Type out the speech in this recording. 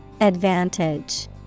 Advantage